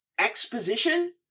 exposition